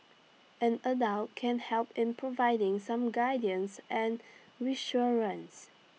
an adult can help in providing some guidance and reassurance